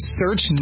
search